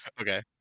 okay